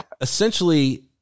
essentially